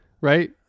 right